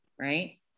right